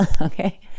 okay